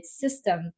system